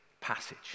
passage